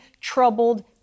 troubled